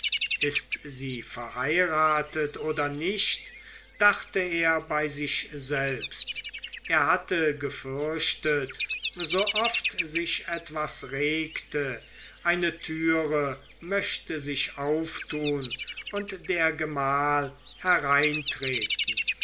ist sie verheiratet oder nicht dachte er bei sich selbst er hatte gefürchtet sooft sich etwas regte eine türe möchte sich auftun und der gemahl hereintreten